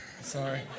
sorry